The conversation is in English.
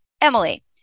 Emily